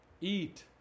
Eat